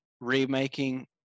remaking